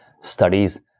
studies